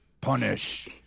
punish